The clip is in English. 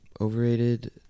Overrated